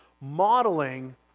modeling